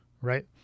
right